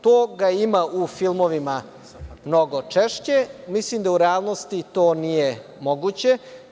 Toga ima u filmovima mnogo češće, mislim da u realnosti to nije moguće.